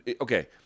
Okay